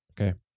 Okay